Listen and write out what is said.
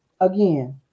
Again